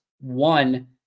One